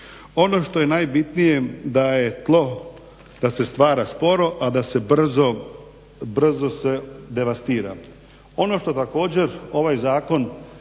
Ono što je najbitnije da je tlo, da se stvara sporo, a da se brzo se devastira. Ono što također ovaj zakon